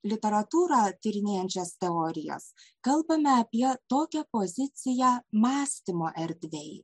literatūrą tyrinėjančias teorijas kalbame apie tokią poziciją mąstymo erdvėj